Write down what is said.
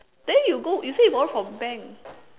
then you go you say you borrow from bank